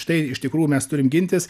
štai iš tikrųjų mes turim gintis